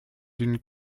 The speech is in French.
d’une